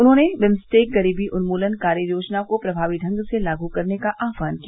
उन्होंने विम्सटेक गरीबी उन्मूलन कार्य योजना को प्रभावी ढंग से लागू करने का आह्वान किया